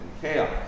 chaos